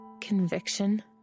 Conviction